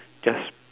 just